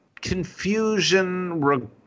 confusion